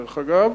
דרך אגב,